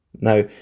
Now